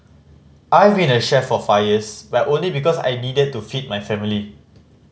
I've been a chef for five years but only because I needed to feed my family